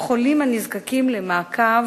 או חולים הנזקקים למעקב